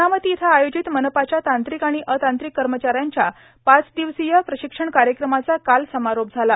वनामती इथं आयोजित मनपाच्या तांत्रिक आर्गण अतांत्रिक कमचाऱ्यांच्या पाच र्ददवसीय प्राशक्षण कायक्रमाचा काल समारोप झाला